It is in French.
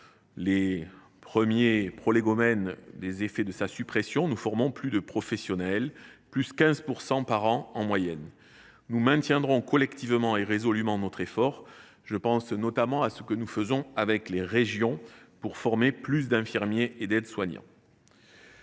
les premiers effets de sa suppression. Nous formons davantage de professionnels : +15 % par an en moyenne. Nous maintiendrons, collectivement et résolument, notre effort. Je pense notamment au travail que nous réalisons avec les régions pour former plus d’infirmiers et d’aides soignants.